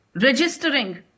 registering